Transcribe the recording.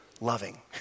loving